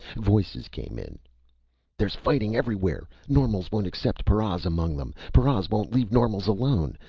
voices came in there's fighting everywhere! normals won't accept paras among them! paras won't leave normals alone.